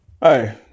Hey